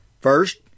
First